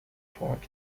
port